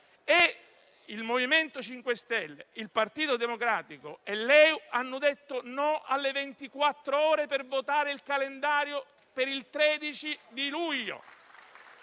Il MoVimento 5 Stelle, il Partito Democratico e LeU hanno detto no alle ventiquattro ore per votare il calendario per il 13 di luglio.